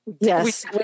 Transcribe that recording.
Yes